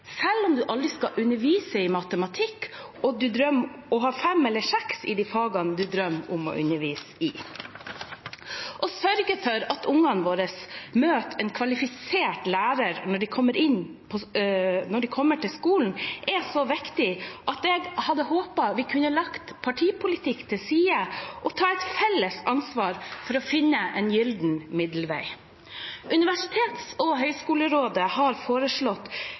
selv om en aldri skal undervise i matematikk og har 5 eller 6 i de fagene en drømmer om å undervise i. Å sørge for at ungene våre møter en kvalifisert lærer når de kommer til skolen, er så viktig at jeg hadde håpet vi kunne ha lagt partipolitikken til side og tatt et felles ansvar for å finne en gyllen middelvei. Universitets- og høgskolerådet har